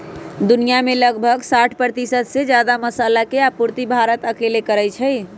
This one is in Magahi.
दुनिया में लगभग साठ परतिशत से जादा मसाला के आपूर्ति भारत अकेले करई छई